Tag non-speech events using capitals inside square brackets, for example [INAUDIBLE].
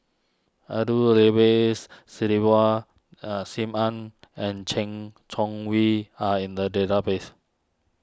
Abdul [UNINTELLIGIBLE] are Sim Ann and Chen Chong wee are in the database